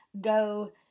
go